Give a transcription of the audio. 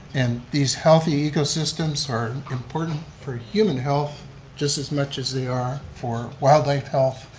and these healthy ecosystems are important for human health just as much as they are for wildlife health,